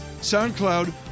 soundcloud